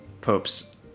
Popes